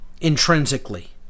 intrinsically